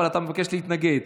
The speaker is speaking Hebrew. אבל אתה מבקש להתנגד.